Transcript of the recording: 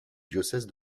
diocèse